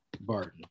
Barton